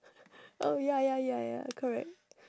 oh ya ya ya ya correct